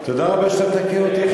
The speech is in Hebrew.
תודה רבה שאתה מתקן אותי.